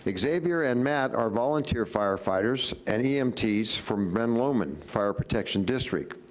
like xavier and matt are volunteer firefighters and emts from ben lomond fire protection district.